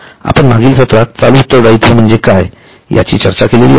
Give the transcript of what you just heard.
आपण मागील सत्रात चालू उत्तरदायित्व म्हणजे काय याची चर्चा केलेली आहे